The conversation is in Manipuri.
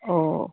ꯑꯣ